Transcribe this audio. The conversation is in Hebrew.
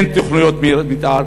אין תוכניות מתאר.